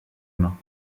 humain